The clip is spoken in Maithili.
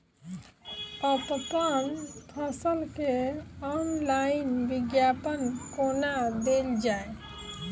अप्पन फसल केँ ऑनलाइन विज्ञापन कोना देल जाए?